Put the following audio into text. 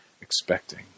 expecting